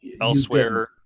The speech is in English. Elsewhere